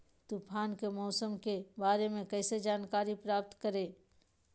तूफान के मौसम के बारे में कैसे जानकारी प्राप्त करें?